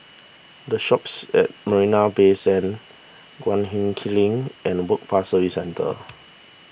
the shops at Marina Bay Sands Guan him Kiln and Work Pass Services Centre